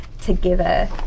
together